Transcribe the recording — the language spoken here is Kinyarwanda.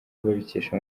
babikesha